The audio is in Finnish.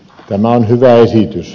tämä on hyvä esitys